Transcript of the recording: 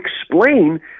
explain